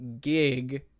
gig